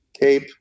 cape